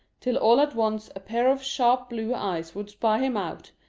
till all at once a pair of sharp blue eyes would spy him out,